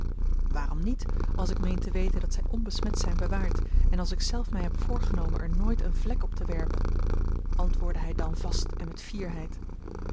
waarom niet als ik meen te weten dat zij onbesmet zijn bewaard en als ik zelf mij heb voorgenomen er nooit een vlek op te werpen antwoordde hij dan vast en met fierheid